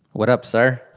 what up, sir?